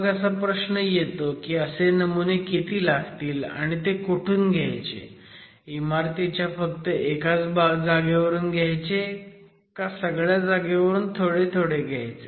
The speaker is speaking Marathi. मग असा प्रश्न येतो की असे नमुने किती लागतील आणि ते कुठून घ्यायचे इमारतीच्या फक्त एका जागेवरून घ्यायचे का सगळ्या जागेवरून थोडे थोडे घ्यायचे